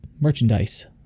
Merchandise